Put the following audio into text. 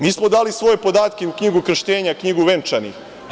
Mi smo dali svoje podatke u knjigu krštenja, knjigu venčanih.